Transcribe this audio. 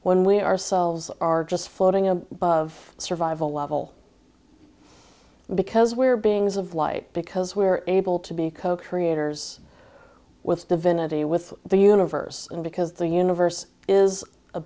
when we ourselves are just floating above survival level because we're beings of light because we're able to be co creators with divinity with the universe and because the universe is a